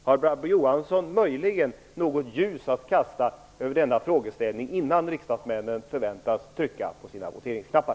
Har Barbro Johansson möjligen något ljus att kasta över denna frågeställning innan riksdagsmännen förväntas trycka på sina voteringsknappar?